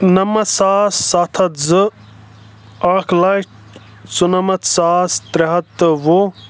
نمتھ ساس سَتھ ہَتھ زٕ اکھ لچھ ژُنَمَتھ ساس ترٛےٚ ہَتھ تہٕ وُہ